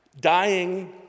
dying